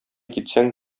китсәң